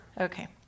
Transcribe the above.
Okay